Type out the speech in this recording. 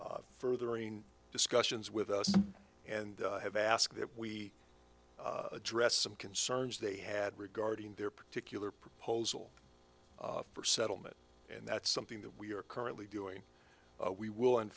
furthering discussions with us and have asked that we address some concerns they had regarding their particular proposal for settlement and that's something that we are currently doing we will in